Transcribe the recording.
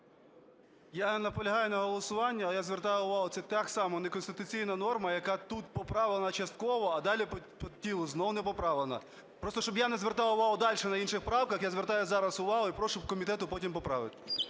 Я наполягаю на голосуванні. Але я звертаю увагу, це та сама неконституційна норма, яка тут поправлена частково, а далі по тілу знову не поправлена. Просто, щоб я не звертав увагу дальше на інших правках, я звертаю зараз увагу і прошу комітет потім поправити.